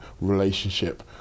relationship